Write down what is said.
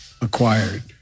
acquired